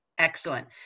Excellent